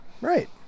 Right